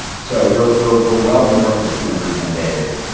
so we're we're we're well north of two hundred, ten days.